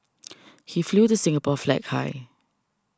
he flew the Singapore flag high